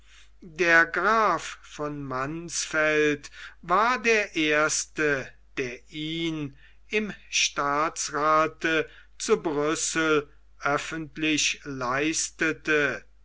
der graf von mansfeld war der erste der ihn im staatsrath zu brüssel öffentlich leistete